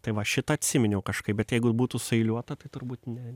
tai va šitą atsiminiau kažkaip bet jeigu būtų sueiliuota tai turbūt ne